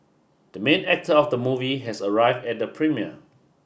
the main actor of the movie has arrived at the premiere